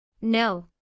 No